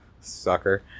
sucker